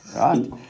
right